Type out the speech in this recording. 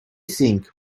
think